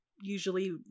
usually